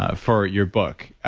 ah for your book.